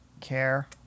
care